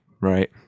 right